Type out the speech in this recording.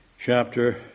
chapter